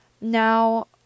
Now